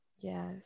Yes